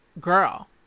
girl